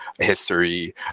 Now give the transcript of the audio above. history